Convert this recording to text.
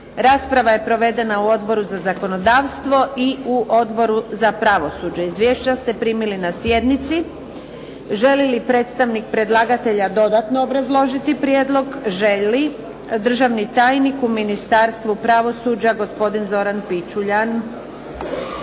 Rasprava je provedena u Odboru za zakonodavstvo i u Odboru za pravosuđe. Izvješća ste primili na sjednici. Želi li predstavnik predlagatelja dodatno obrazložiti prijedlog? Želi. Državni tajnik u Ministarstvu pravosuđa, gospodin Zoran Pičuljan.